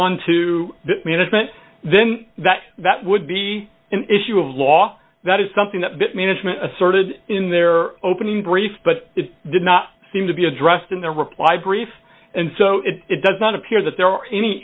the management then that that would be an issue of law that is something that bit management asserted in their opening brief but it did not seem to be addressed in their reply brief and so it does not appear that there are any